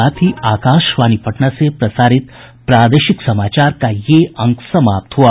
इसके साथ ही आकाशवाणी पटना से प्रसारित प्रादेशिक समाचार का ये अंक समाप्त हुआ